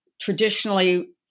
traditionally